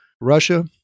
Russia